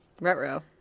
Retro